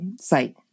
site